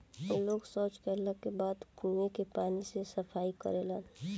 लोग सॉच कैला के बाद कुओं के पानी से सफाई करेलन